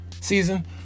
season